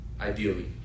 ideally